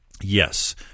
Yes